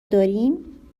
داریم